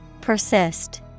Persist